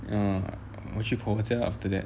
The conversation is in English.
err 我去婆婆的家 after that